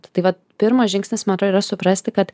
tai pirmas žingsnis man atro yra suprasti kad